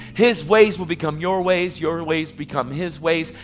his ways will become your ways, your ways become his ways.